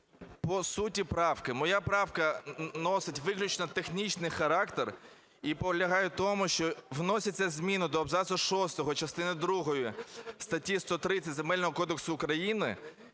По суті правки. Моя правка носить виключно технічний характер і полягає в тому, що вносяться зміни до абзацу 6 частини другої статті 130 Земельного кодексу України: